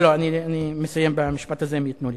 אני מסיים במשפט הזה, אם ייתנו לי.